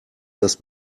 das